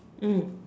mm